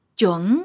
chuẩn